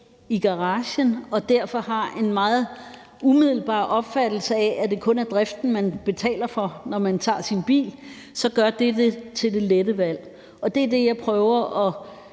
i garagen og derfor har en meget umiddelbar opfattelse af, at det kun er driften, man betaler for, når man tager sin bil, gør det det til det lette valg. Og det er det, jeg prøver at